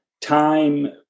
time